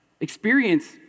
Experience